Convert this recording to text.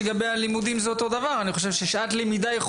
שעת למידה איכותית שווה הרבה יותר.